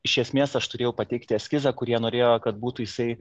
iš esmės aš turėjau pateikti eskizą kur jie norėjo kad būtų jisai